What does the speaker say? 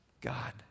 God